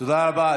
תודה רבה.